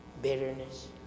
Bitterness